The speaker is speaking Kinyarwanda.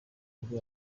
nibwo